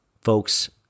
folks